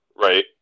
Right